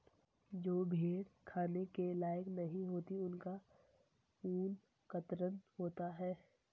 जो भेड़ें खाने के लायक नहीं होती उनका ऊन कतरन होता है